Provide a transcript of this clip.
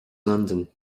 londain